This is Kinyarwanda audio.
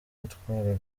gutwara